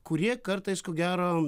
kurie kartais ko gero